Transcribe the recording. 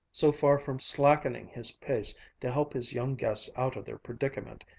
so far from slackening his pace to help his young guests out of their predicament,